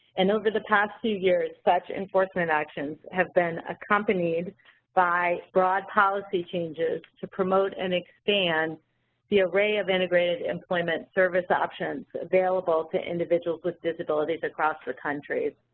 and over the past two years such enforcement actions have been accompanied by broad policy changes to promote and expand the array of integrated employment service options available to individuals with disabilities across the country.